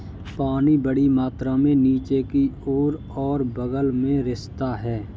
पानी बड़ी मात्रा में नीचे की ओर और बग़ल में रिसता है